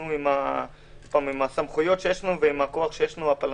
עם הסמכויות שיש לנו ועם הכוח הפרלמנטרי